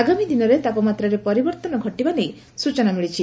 ଆଗାମୀ ଦିନରେ ତାପମାତ୍ରାରେ ପରିବର୍ତ୍ତନ ଘଟିବା ନେଇ ସ୍ୟଚନା ମିଳିଛି